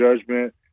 Judgment